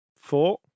Four